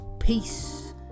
Peace